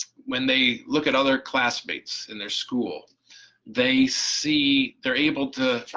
when they look at other classmates in their school they see they're able to